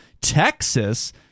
Texas